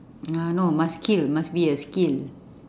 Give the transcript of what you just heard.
ah no must skill must be a skill